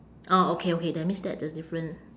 orh okay okay that means that the different